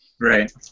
Right